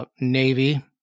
Navy